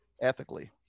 ethically